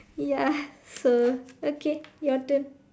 ya so okay your turn